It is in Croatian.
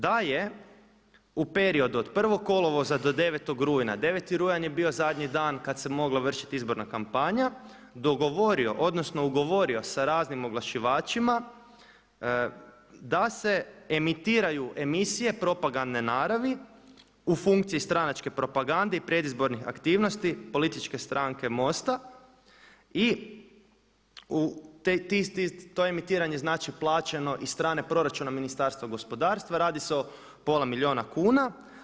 Da je u periodu od 1. kolovoza do 9. rujna, 9. rujan je bio zadnji dan kada se mogla vršiti izborna kampanja, dogovorio, odnosno ugovorio sa raznim oglašivačima da se emitiraju emisije propagandne naravi u funkciji stranačke propagande i predizbornih aktivnosti političke stranke MOST-a i to je emitiranje znači plaćeno iz strane proračuna Ministarstva gospodarstva, radi se o pola milijuna kuna.